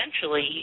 essentially